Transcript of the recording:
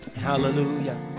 hallelujah